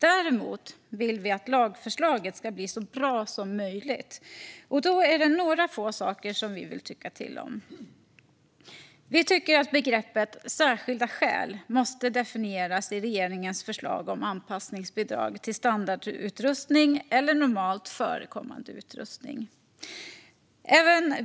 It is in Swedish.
Däremot vill vi att lagförslaget ska bli så bra som möjligt, och då är det några få saker som vi vill tycka till om. Vi tycker att begreppet särskilda skäl måste definieras i regeringens förslag om anpassningsbidrag till standardutrustning eller normalt förekommande utrustning.